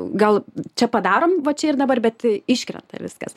gal čia padarom va čia ir dabar bet iškrenta ir viskas